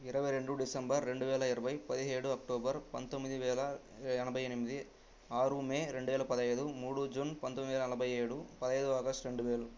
ఇరవై రెండు డిసెంబర్ రెండువేల ఇరవై పదిహేడు అక్టోబర్ పంతొమ్మిది వేల ఎనభై ఎనిమిది ఆరు మే రెండు వేల పదహైదు మూడు జూన్ పంతొమ్మిది నలభై ఏడు పదహైదు ఆగస్టు రెండు వేలు